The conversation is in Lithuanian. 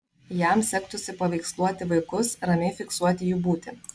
jam sektųsi paveiksluoti vaikus ramiai fiksuoti jų būtį